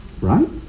Right